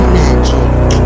magic